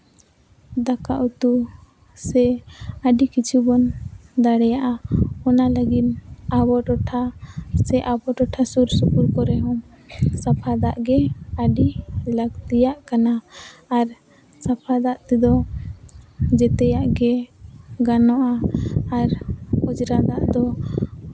ᱫᱟᱠᱟ ᱩᱛᱩ ᱥᱮ ᱟᱹᱰᱤ ᱠᱤᱪᱷᱩ ᱵᱚᱱ ᱫᱟᱲᱮᱭᱟᱜᱼᱟ ᱚᱱᱟ ᱞᱟᱹᱜᱤᱫ ᱟᱵᱚ ᱴᱚᱴᱷᱟ ᱥᱮ ᱟᱵᱚ ᱴᱚᱴᱷᱟ ᱥᱩᱨᱼᱥᱩᱯᱩᱨ ᱠᱚᱨᱮ ᱦᱚᱸ ᱥᱟᱯᱷᱟ ᱫᱟᱜ ᱜᱮ ᱟᱹᱰᱤ ᱞᱟᱹᱠᱛᱤᱭᱟᱜ ᱠᱟᱱᱟ ᱟᱨ ᱥᱟᱯᱷᱟ ᱫᱟᱜ ᱛᱮᱫᱚ ᱡᱮᱛᱮᱭᱟᱜ ᱜᱮ ᱜᱟᱱᱚᱜᱼᱟ ᱟᱨ ᱚᱡᱽᱨᱟ ᱫᱟᱜ ᱫᱚ